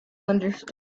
understood